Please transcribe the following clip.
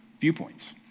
viewpoints